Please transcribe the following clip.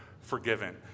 forgiven